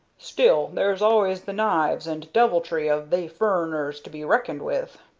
still, there's always the knives and deviltry of they furriners to be reckoned with.